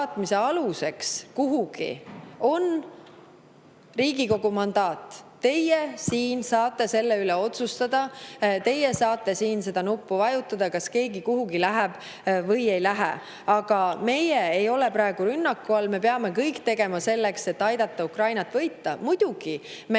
aluseks kuhugi on Riigikogu mandaat. Teie siin saate selle üle otsustada. Teie saate siin seda nuppu vajutades [otsustada], kas keegi kuhugi läheb või ei lähe. Aga meie ei ole praegu rünnaku all. Me peame tegema kõik selleks, et aidata Ukrainal võita. Muidugi me